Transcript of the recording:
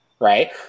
right